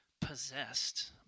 possessed